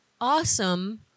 awesome